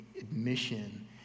admission